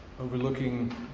overlooking